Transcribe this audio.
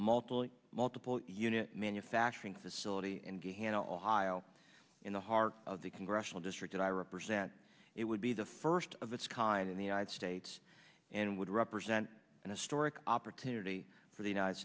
multiple multiple unit manufacturing facility and get a handle on heil in the heart of the congressional district and i represent it would be the first of its kind in the united states and would represent an historic opportunity for the united